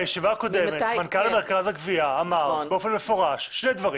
בישיבה הקודמת מנכ"ל מרכז הגבייה אמר באופן מפורש שני דברים: